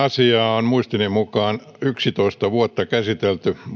on muistini mukaan yksitoista vuotta käsitelty